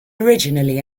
originally